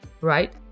right